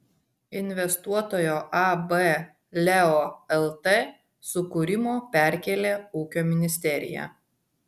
investuotojo ab leo lt sukūrimo perkėlė ūkio ministerija